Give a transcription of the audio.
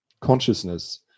consciousness